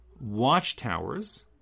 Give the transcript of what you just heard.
watchtowers